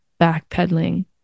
backpedaling